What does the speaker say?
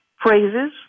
phrases